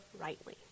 rightly